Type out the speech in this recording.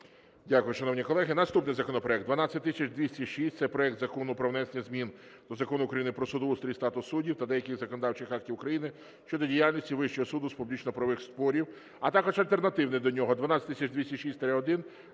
Дякую. Шановні колеги, наступний законопроект 12206. Це проект Закону про внесення змін до Закону України "Про судоустрій і статус суддів" та деяких законодавчих актів України щодо діяльності Вищого суду з публічно-правових спорів, а також альтернативний до нього 12206-1,